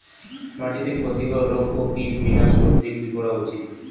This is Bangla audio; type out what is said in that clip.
মাটিতে ক্ষতি কর রোগ ও কীট বিনাশ করতে কি করা উচিৎ?